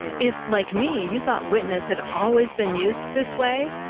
if, like me, you thought witness had always been used this way,